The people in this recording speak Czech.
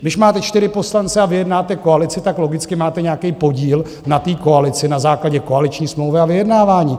Když máte čtyři poslance a vyjednáte koalici, tak logicky máte nějaký podíl na té koalici na základě koaliční smlouvy a vyjednávání.